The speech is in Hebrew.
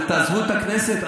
זה תעזבו את הכנסת?